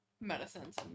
medicines